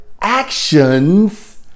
actions